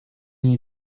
you